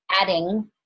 adding